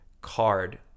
card